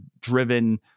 driven